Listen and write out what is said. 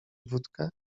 wódkę